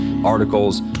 articles